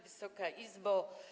Wysoka Izbo!